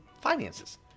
finances